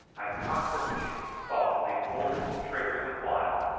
i cocked the piece softly, holding the trigger the while,